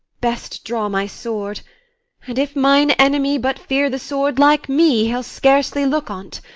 best draw my sword and if mine enemy but fear the sword, like me, he'll scarcely look on't.